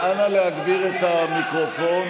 נא להגביר את המיקרופון.